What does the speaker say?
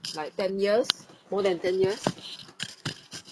like ten years more than ten years